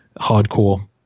hardcore